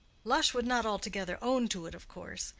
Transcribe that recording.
lush would not altogether own to it, of course.